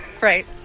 Right